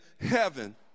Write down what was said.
heaven